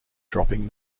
dropping